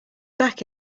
back